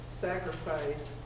sacrifice